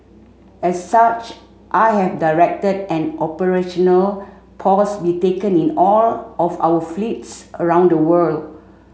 as such I have directed an operational pause be taken in all of our fleets around the world